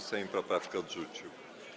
Sejm poprawkę odrzucił.